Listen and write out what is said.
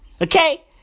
Okay